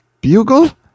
bugle